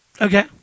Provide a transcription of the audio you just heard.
Okay